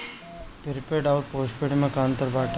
Prepaid अउर postpaid में का अंतर बाटे?